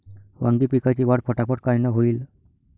वांगी पिकाची वाढ फटाफट कायनं होईल?